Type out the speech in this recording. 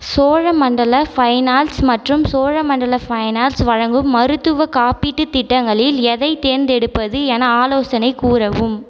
Cholamandala finance மற்றும் Cholamandalam finance வழங்கும் மருத்துவக் காப்பீட்டுத் திட்டங்களில் எதைத் தேர்ந்தெடுப்பது என ஆலோசனை கூறவும்